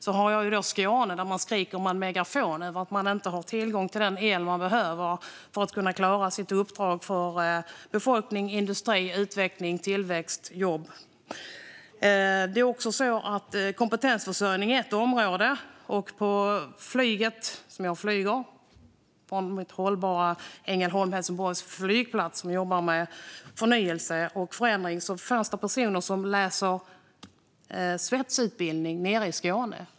Jag har Skåne, och där skriker man i megafon att man inte har tillgång till den el som man behöver för att kunna klara sitt uppdrag för befolkning, industri, utveckling, tillväxt och jobb. Kompetensförsörjning är också ett område. När jag flyger från hållbara Ängelholm Helsingborg flygplats, som jobbar för förnyelse och förändring, finns det personer med på flyget som går en svetsutbildning nere i Skåne.